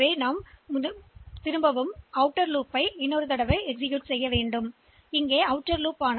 எனவே வெளிப்புற வளையத்தின் அடுத்த மறு செய்கையைத் தொடங்குவோம்